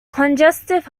congestive